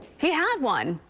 he had one.